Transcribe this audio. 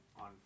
on